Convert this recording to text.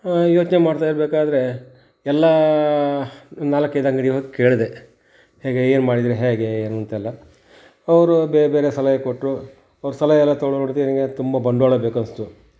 ಯೋಚನೆ ಮಾಡ್ತಾಯಿರ್ಬೇಕಾದರೆ ಎಲ್ಲಾ ನಾಲಕ್ಕೈದು ಅಂಗ್ಡಿಗೆ ಹೋಗಿ ಕೇಳಿದೆ ಹೇಗೆ ಏನು ಮಾಡಿದ್ರು ಹೇಗೆ ಅಂತೆಲ್ಲಾ ಅವರು ಬೇರೆ ಬೇರೆ ಸಲಹೆ ಕೊಟ್ಟರು ಅವ್ರ ಸಲಹೆ ಎಲ್ಲ ತಗೊಂಡು ನೋಡಿದ್ವಿ ತುಂಬ ಬಂಡವಾಳ ಬೇಕನ್ನಿಸ್ತು